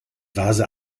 vase